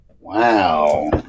Wow